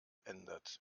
ändert